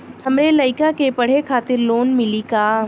हमरे लयिका के पढ़े खातिर लोन मिलि का?